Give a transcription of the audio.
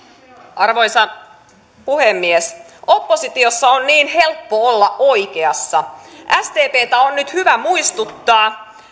arvoisa puhemies oppositiossa on niin helppo olla oikeassa sdptä on nyt hyvä muistuttaa